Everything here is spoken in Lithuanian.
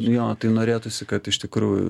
jo tai norėtųsi kad iš tikrųjų